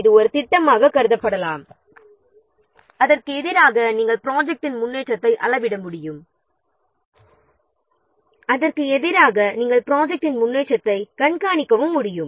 இதை ஒரு திட்டமாக கருதப்படலாம் அதற்கு எதிராக நாம் ப்ரொஜெக்ட்டின் முன்னேற்றத்தை அளவிட முடியும் மற்றும் ப்ரொஜெக்ட்டின் முன்னேற்றத்தை கண்காணிக்க முடியும்